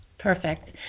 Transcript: Perfect